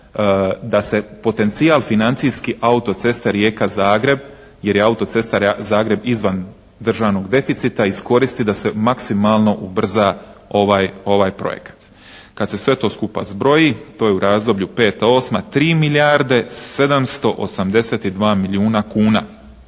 da se potencijal financijski auto-ceste Rijeka-Zagreb jer je auto-cesta Zagreb izvan državnog deficita iskoristi da se maksimalno ubrza ovaj projekat. Kad se sve to skupa zbroji to je u razdoblju peta, osma 3 milijarde 782 milijuna kuna.